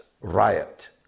riot